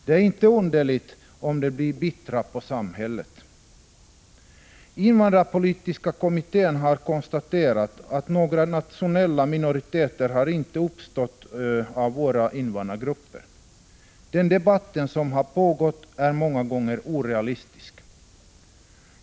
Det är inte underligt om de blir bittra på samhället. Invandrarpolitiska kommittén har konstaterat att några nationella minoriteter inte har uppstått av våra invandrare. Den debatt som har pågått är många gånger orealistisk.